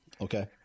okay